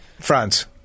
France